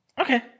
okay